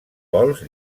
vols